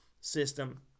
system